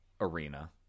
arena